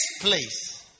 place